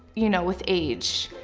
you know, with age.